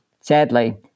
Sadly